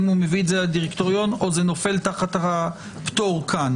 האם הוא מביא את זה לדירקטוריון או זה נופל תחת הפטור כאן?